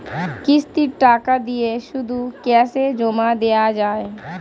কিস্তির টাকা দিয়ে শুধু ক্যাসে জমা দেওয়া যায়?